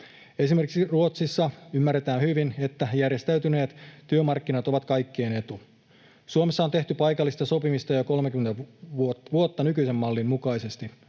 Esimerkiksi Ruotsissa ymmärretään hyvin, että järjestäytyneet työmarkkinat ovat kaikkien etu. Suomessa on tehty paikallista sopimista jo 30 vuotta nykyisen mallin mukaisesti.